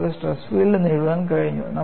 നമുക്ക് stress field നേടാൻ കഴിഞ്ഞു